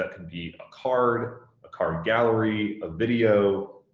ah can be a card, a card gallery, a video,